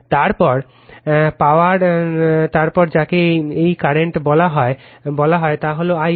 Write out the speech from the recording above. তারপর পাওয়ার তারপর যাকে এই কারেন্ট বলা হয় তা হল I L